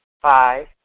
Five